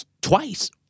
twice